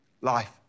life